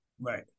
Right